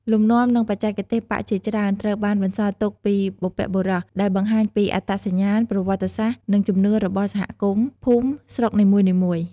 លំនាំ និងបច្ចេកទេសប៉ាក់ជាច្រើនត្រូវបានបន្សល់ទុកពីបុព្វបុរស ដែលបង្ហាញពីអត្តសញ្ញាណ ប្រវត្តិសាស្ត្រ និងជំនឿរបស់សហគមន៍ ភូមិ ស្រុកនីមួយៗ។